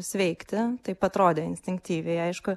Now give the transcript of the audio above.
sveikti taip atrodė instinktyviai aišku